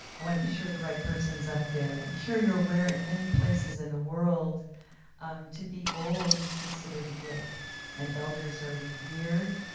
i want to be sure the right person is up there. i'm sure you're aware in many places in the world um to be old is considered a gift, and elders are revered.